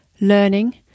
learning